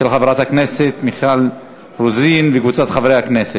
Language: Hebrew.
של חברת הכנסת מיכל רוזין וקבוצת חברי הכנסת.